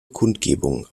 kundgebung